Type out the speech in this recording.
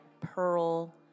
pearl